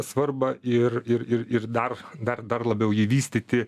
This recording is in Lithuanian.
svarbą ir ir ir dar dar dar labiau jį vystyti